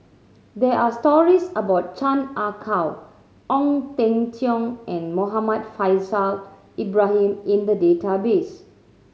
there are stories about Chan Ah Kow Ong Teng Cheong and Muhammad Faishal Ibrahim in the database